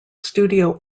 studio